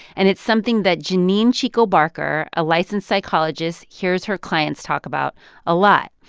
and it's something that jeannine cicco barker, a licensed psychologist, hears her clients talk about a lot.